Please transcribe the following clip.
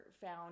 found